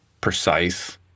precise